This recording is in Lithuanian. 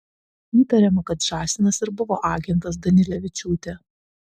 įtariama kad žąsinas ir buvo agentas danilevičiūtė